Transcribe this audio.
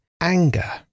anger